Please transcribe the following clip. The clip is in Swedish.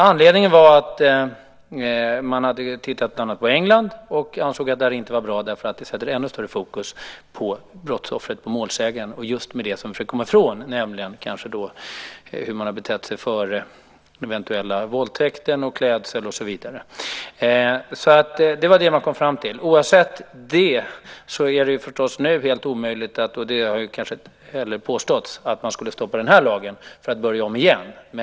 Anledningen var att man bland annat hade tittat på England och ansåg det här inte var bra därför att det satte ännu större fokus på målsäganden eller brottsoffret och även på det som man försöker komma ifrån, nämligen hur brottsoffret har betett sig före den eventuella våldtäkten - klädseln och så vidare. Det var alltså vad man kom fram till. Oavsett det är det förstås nu helt omöjligt - och det har kanske inte heller påståtts - att man skulle stoppa den här lagen för att börja om igen.